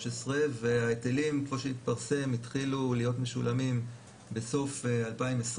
וההיטלים כמו שהתפרסם התחילו להיות משולמים בסוף 2020,